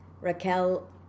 Raquel